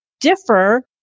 differ